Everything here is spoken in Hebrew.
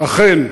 אכן,